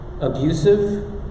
Abusive